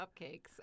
cupcakes